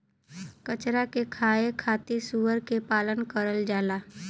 कचरा के खाए खातिर सूअर के पालन करल जाला